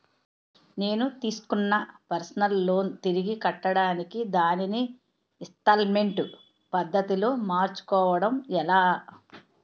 నేను తిస్కున్న personal loan తిరిగి కట్టడానికి దానిని ఇంస్తాల్మేంట్ పద్ధతి లో మార్చుకోవడం ఎలా?